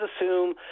assume